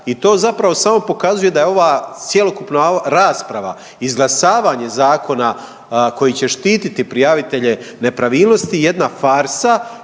i to zapravo samo pokazuje da je ova cjelokupna rasprava izglasavanje zakona koji će štititi prijavitelje nepravilnosti jedna farsa